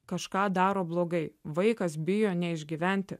kažką daro blogai vaikas bijo neišgyventi